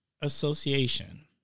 association